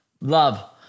Love